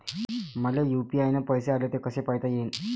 मले यू.पी.आय न पैसे आले, ते कसे पायता येईन?